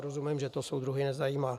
Rozumím, že to soudruhy nezajímá.